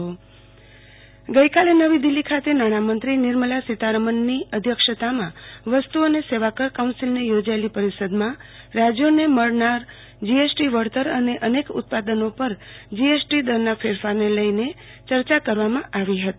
આરતી Bhatt GST બેઠક ગઈકાલે નવી દિલ્ફી ખાતે નાણામંત્રી નિર્મલા સીતારમનની અધ્યક્ષતામાં વસ્તુ અને સેવા કર કાઉન્સિલની યોજાયેલ પરિષદમાં રાજ્યોને મળનાર જીએસટી વળતર અને અનેક ઉત્પાદનો પર જીએસટી દરના ફેરફારને લઈને ચર્ચા કરવામાં આવી હતી